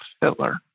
Hitler